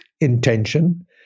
intention